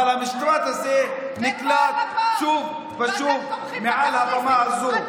אבל המשפט הזה נקלט שוב ושוב מעל הבמה הזו.